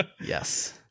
yes